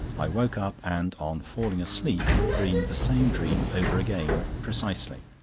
i woke up, and on falling asleep, dreamed the same dream over again precisely.